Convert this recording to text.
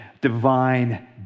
divine